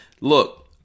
Look